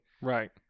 Right